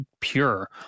pure